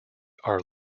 are